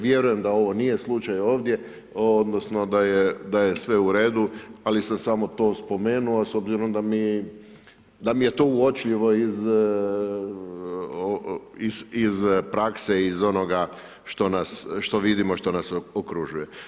Vjerujem da ovo nije slučaj ovdje, odnosno, da je sve u redu, ali sam samo to spomenuo, s obzirom da mi je to uočljivo iz prakse, iz onoga što vidimo, što nas okružuje.